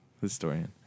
Historian